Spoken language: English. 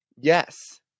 Yes